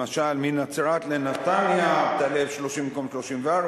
למשל, מנצרת לנתניה תעלה 30 במקום 34,